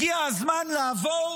הגיע הזמן לעבור